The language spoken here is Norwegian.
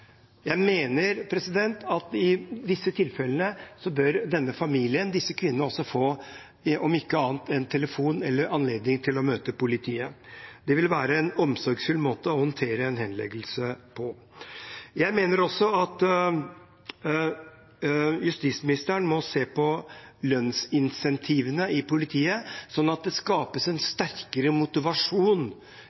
Jeg mener at i disse tilfellene bør denne familien og disse kvinnene også få – om ikke annet – en telefon eller en anledning til å møte politiet. Det vil være en omsorgsfull måte å håndtere en henleggelse på. Jeg mener også at justisministeren må se på lønnsincentivene i politiet, sånn at det skapes en sterkere motivasjon